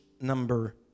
number